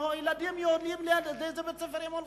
הילדים יודעים לאיזה בית-ספר הם הולכים.